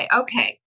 okay